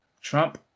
Trump